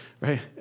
right